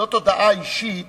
זאת הודעה אישית